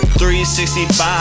365